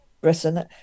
Britain